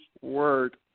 word